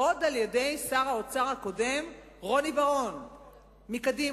עוד על-ידי שר האוצר הקודם, רוני בר-און מקדימה.